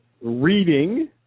reading